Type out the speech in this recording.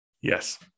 Yes